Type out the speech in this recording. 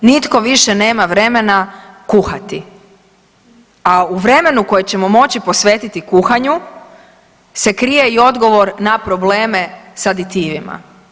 Nitko više nema vremena kuhati, a u vremenu koje ćemo moći posvetiti kuhanju se krije i odgovor na probleme sa aditivima.